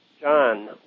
John